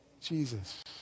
Jesus